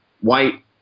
white